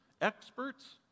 experts